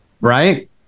right